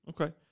Okay